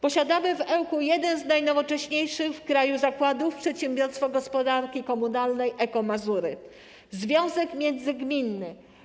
Posiadamy w Ełku jeden z najnowocześniejszych zakładów w kraju, przedsiębiorstwo gospodarki komunalnej Eko-MAZURY, związek międzygminny.